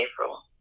April